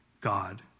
God